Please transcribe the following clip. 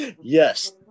Yes